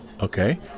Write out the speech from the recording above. okay